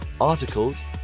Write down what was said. articles